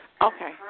Okay